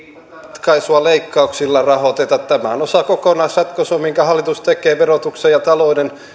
ratkaisua leikkauksilla rahoiteta tämä on osa kokonaisratkaisua minkä hallitus tekee verotuksen talouden ja